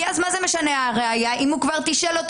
כי אז מה משנה הראיה אם הוא כבר תשאל אותו